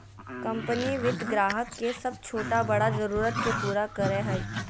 company वित्त ग्राहक के सब छोटा बड़ा जरुरत के पूरा करय हइ